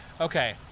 okay